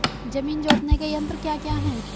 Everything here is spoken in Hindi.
जमीन जोतने के यंत्र क्या क्या हैं?